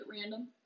random